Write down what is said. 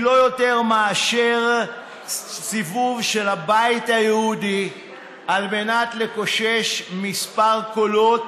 היא לא יותר מאשר סיבוב של הבית היהודי על מנת לקושש כמה קולות